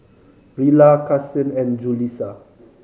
Rilla Carsen and Julissa